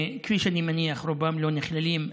כפי שאני מניח, רובם לא נכללים.